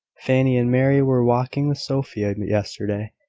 fanny and mary were walking with sophia yesterday,